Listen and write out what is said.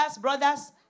brothers